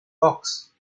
box